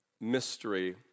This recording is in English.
mystery